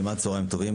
כמעט צוהריים טובים,